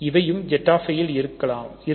இவையும் Z i ல் இருக்கும்